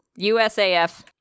USAF